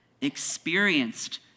experienced